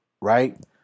right